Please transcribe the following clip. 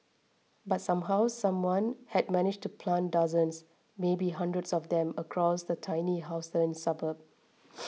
but somehow someone had managed to plant dozens maybe hundreds of them across the tiny Houston suburb